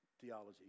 theology